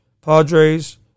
Padres